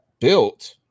built